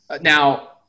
Now